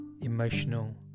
emotional